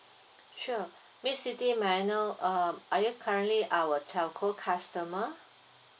sure miss siti may I know uh are you currently our telco customer